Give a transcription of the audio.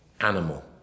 animal